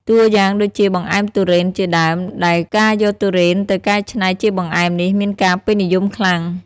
តួយ៉ាងដូចជា បង្អែមទុរេន ជាដើម ដែលការយកទុរេនទៅកែច្នៃជាបង្អែមនេះ មានការពេញនិយមខ្លាំង។